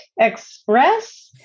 express